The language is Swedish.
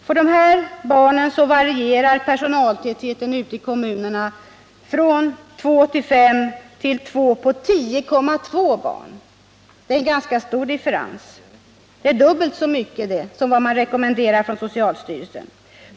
För dessa barn varierar personaltätheten ute i kommunerna från 2 på 5 till 2 på 10,2 barn. Det är en ganska stor differens. Den är dubbelt så stor som vad socialstyrelsen rekommenderar.